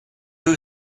who